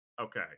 Okay